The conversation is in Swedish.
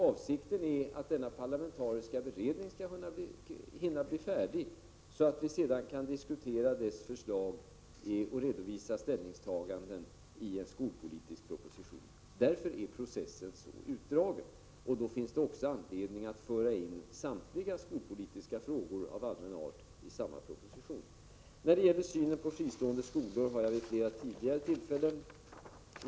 Avsikten är att denna parlamentariska beredningskommitté skall hinna bli färdig så att vi sedan skall kunna diskutera dess förslag och redovisa ställningstaganden i en skolpolitisk proposition. Därför är processen så utdragen. Det finns också anledning att föra in samtliga skolpolitiska frågor av allmän art i samma proposition. Min syn på fristående skolor har jag redovisat här vid flera tillfällen.